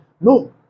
No